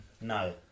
No